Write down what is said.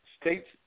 States